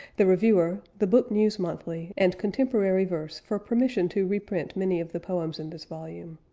the reviewer, the book news monthly, and contemporary verse for permission to reprint many of the poems in this volume.